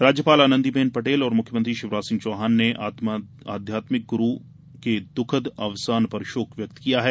राज्यपाल आनंदी बेन पटेल और मुख्यमंत्री शिवराज सिंह चौहान ने आत्यात्मिक गुरू दुखद अवसान पर शोक व्यक्त किया है